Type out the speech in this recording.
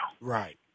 Right